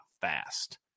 fast